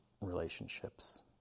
Relationships